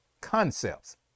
concepts